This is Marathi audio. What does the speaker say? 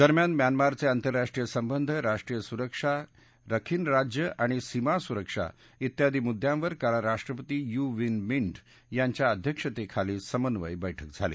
दरम्यान म्यानमारचे आंतरराष्ट्रीय संबंध राष्ट्रीय सुरक्षा रखीन राज्य आणि सीमा सुरक्षा व्यादी मुद्यांवर काल राष्ट्रपती यु वीन मिंट यांच्या अध्यक्षतेखाली समन्वय बैठक झाली